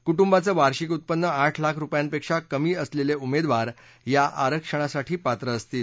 कुटुबाचं वार्षिक उत्पन्न आठ लाख रुपयांपेक्षा कमी असलेले उमेदवार या आरक्षणासाठी पात्र असतील